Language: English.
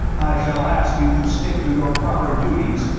i shall ask you to stick to your proper duties,